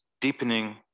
deepening